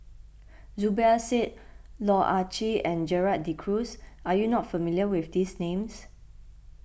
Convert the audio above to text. Zubir Said Loh Ah Chee and Gerald De Cruz are you not familiar with these names